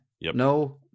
No